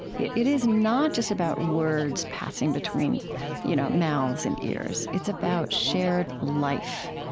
it it is not just about words passing between you know mouths and ears. it's about shared life.